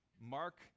Mark